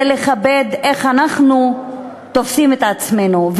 זה לכבד את איך שאנחנו תופסים את עצמנו,